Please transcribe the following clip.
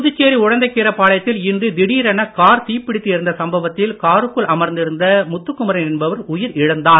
புதுச்சேரி உழந்தைக்கீரப் பாளையத்தில் இன்று திடீரென கார் தீப்பிடித்து எரிந்த சம்பவத்தில் காருக்குள் அமர்ந்திருந்த முத்துக்குமரன் என்பவர் உயிர் இழந்தார்